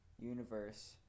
universe